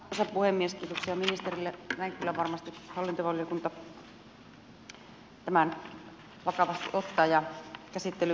näin kyllä varmasti hallintovaliokunta tämän vakavasti ottaa ja käsittely aloitetaan